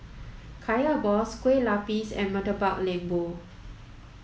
Kaya Balls Kueh Lapis and Murtabak Lembu